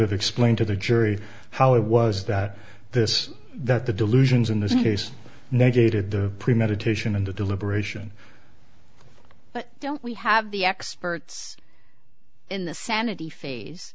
have explained to the jury how it was that this that the delusions in this case negated the premeditation and the deliberation but don't we have the experts in the sanity phase